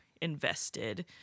invested